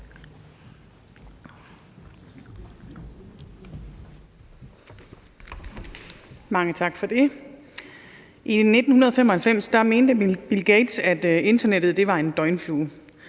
Mange tak for det. I 1995 mente Bill Gates, at internettet var en døgnflue.